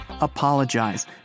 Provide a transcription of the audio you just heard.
apologize